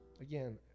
Again